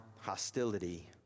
hostility